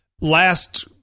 last